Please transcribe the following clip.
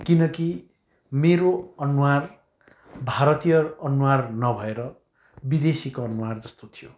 किनकि मेरो अनुहार भारतीय अनुहार नभएर विदेशीको अनुहार जस्तो थियो